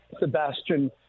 Sebastian